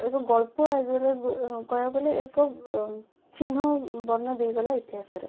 ଏକଗଳ୍ପ as well as କହିବାକୁଗଲେ ଏକ ଚିହ୍ନବର୍ଣ୍ଣ ଦେଇଗଲା ଇତିହାସରେ